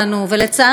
לצערי הרב,